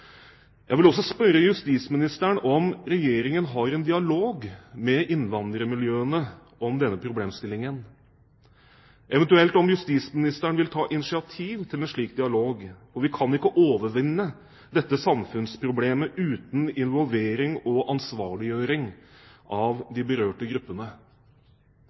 Jeg vil også spørre justisministeren om Regjeringen har en dialog med innvandrermiljøene om denne problemstillingen, eventuelt om justisministeren vil ta initiativ til en slik dialog. Vi kan ikke overvinne dette samfunnsproblemet uten involvering og ansvarliggjøring av de berørte gruppene.